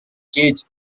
cage